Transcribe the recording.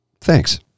Thanks